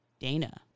Dana